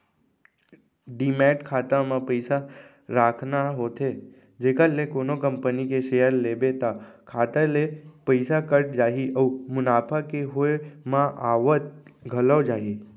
demat खाता म पइसा राखना होथे जेखर ले कोनो कंपनी के सेयर लेबे त खाता ले पइसा कट जाही अउ मुनाफा के होय म आवत घलौ जाही